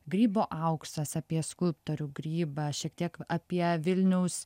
grybo auksas apie skulptorių grybą šiek tiek apie vilniaus